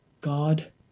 God